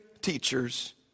teachers